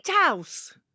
House